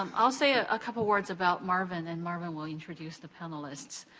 um i'll say a ah couple words about marvin, and marvin will introduce the panelists.